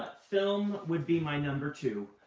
film would be my number two,